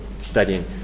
studying